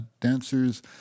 dancers